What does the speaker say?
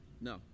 No